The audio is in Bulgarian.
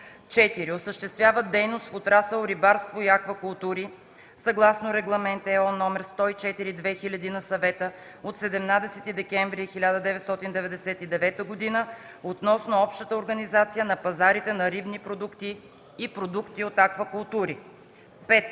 4. осъществяват дейност в отрасъл „рибарство и аквакултури” съгласно Регламент (ЕО) № 104/2000 на Съвета от 17 декември 1999 г. относно общата организация на пазарите на рибни продукти и продукти от аквакултури; 5.